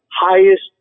highest